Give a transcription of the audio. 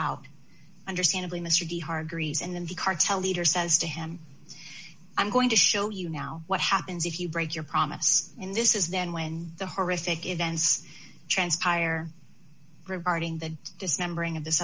out understandably mr d hargreaves and in the cartel leader says to him i'm going to show you now what happens if you break your promise in this is then when the horrific events transpire regarding the dismembering of this